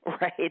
right